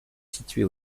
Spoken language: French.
située